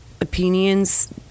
opinions